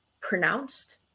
pronounced